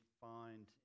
find